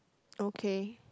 okay